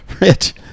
Rich